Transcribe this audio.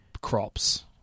crops